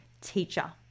teacher